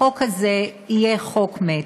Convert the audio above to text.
החוק הזה יהיה חוק מת.